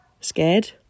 scared